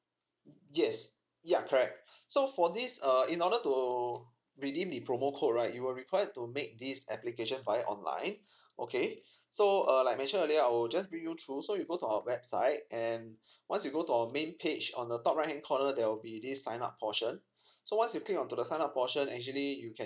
yes ya correct so for this uh in order to redeem the promo code right you were required to make this application via online okay so uh like I mentioned earlier I will just bring you through so you go to our website and once you go to our main page on the top right hand corner there will be this sign up portion so once you click onto the sign up portion actually you can